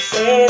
Say